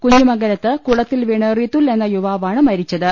കുഞ്ഞിമംഗലത്ത് കുള ത്തിൽ വീണ് റിതുൽ എന്ന യുവാവാണ് മരിച്ചത്